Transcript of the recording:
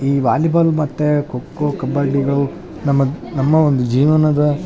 ಈ ವಾಲಿಬಾಲ್ ಮತ್ತು ಖೋ ಖೋ ಕಬಡ್ಡಿಗಳು ನಮ್ಮ ನಮ್ಮ ಒಂದು ಜೀವನದ